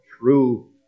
true